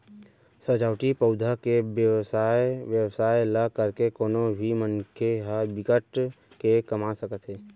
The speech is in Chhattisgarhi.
सजावटी पउधा के बेवसाय बेवसाय ल करके कोनो भी मनखे ह बिकट के कमा सकत हे